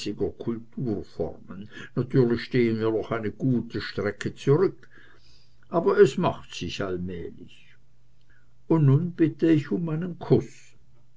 kulturformen natürlich stehen wir noch eine gute strecke zurück aber es macht sich allmählich und nun bitt ich um meinen kuß